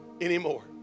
anymore